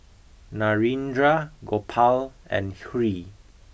Narendra Gopal and Hri